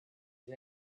you